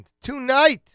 Tonight